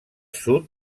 sud